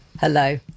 Hello